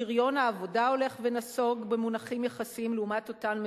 פריון העבודה הולך ונסוג במונחים יחסיים לעומת אותן מדינות,